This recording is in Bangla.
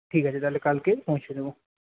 ঠিক আছে তাহলে কালকে পৌঁছে দেবো